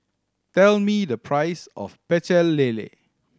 tell me the price of Pecel Lele